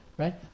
Right